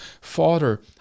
father